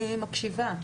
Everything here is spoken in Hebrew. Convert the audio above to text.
אני מקשיבה.